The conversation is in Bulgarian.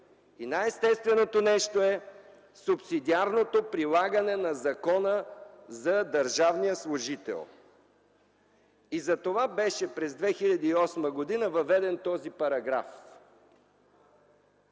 – най-естественото нещо е субсидиарното прилагане на Закона за държавния служител. Затова през 2008 г. беше въведен този параграф.